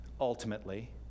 ultimately